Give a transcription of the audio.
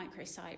microsite